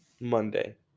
Monday